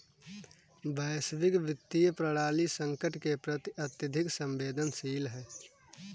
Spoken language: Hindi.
वैश्विक वित्तीय प्रणाली संकट के प्रति अत्यधिक संवेदनशील है